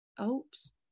oops